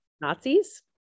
nazis